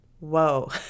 Whoa